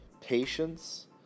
patience